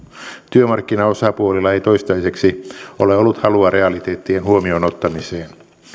työmarkkinaosapuolilla ei toistaiseksi ole ollut halua realiteettien huomioon ottamiseen